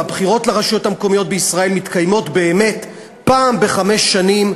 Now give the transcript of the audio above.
והבחירות לרשויות המקומיות בישראל מתקיימות באמת פעם בחמש שנים,